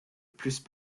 plus